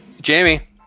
Jamie